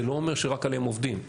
זה לא אומר שרק עליהם עובדים,